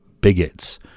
bigots